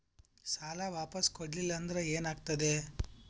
ಸಾಲ ವಾಪಸ್ ಕೊಡಲಿಲ್ಲ ಅಂದ್ರ ಏನ ಆಗ್ತದೆ?